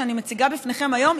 שאני מציגה בפניכם היום,